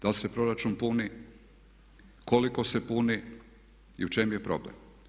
Da li se proračun puni, koliko se puni i u čemu je problem?